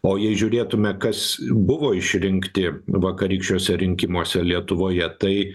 o jei žiūrėtume kas buvo išrinkti vakarykščiuose rinkimuose lietuvoje tai